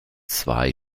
zwei